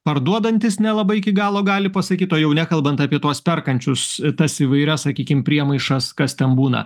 parduodantys nelabai iki galo gali pasakyt o jau nekalbant apie tuos perkančius tas įvairias sakykim priemaišas kas ten būna